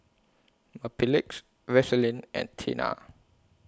Mepilex Vaselin and Tena